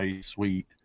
Sweet